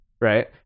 right